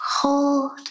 hold